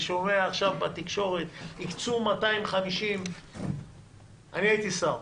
אני שומע עכשיו בתקשורת: הקצו 250. אני הייתי שר.